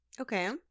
Okay